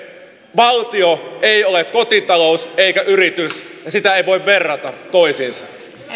valtio ei ole kotitalous eikä yritys ja niitä ei voi verrata toisiinsa